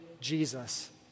Jesus